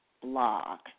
blog